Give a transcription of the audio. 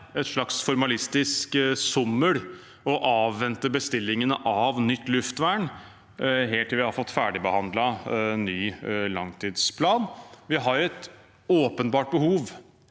et slags formalistisk sommel å avvente bestillingen av nytt luftvern helt til vi har fått ferdigbehandlet ny langtidsplan. Vi har et åpenbart behov